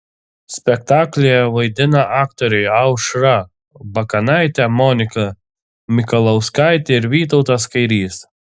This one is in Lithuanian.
spektaklyje vaidina aktoriai aušra bakanaitė monika mikalauskaitė ir vytautas kairys